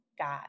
God